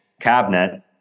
cabinet